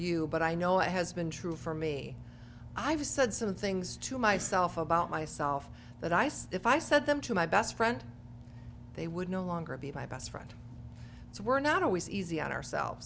you but i know it has been true for me i've said some things to myself about myself that i say if i said them to my best friend they would no longer be my best friend so we're not always easy on ourselves